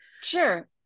Sure